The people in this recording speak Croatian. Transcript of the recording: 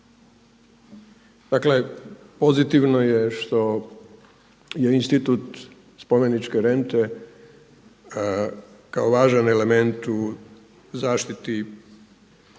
Dakle, pozitivno je što je institut spomeničke rente kao važan element u zaštiti spomenika